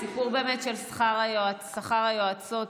הסיפור של שכר הסייעות,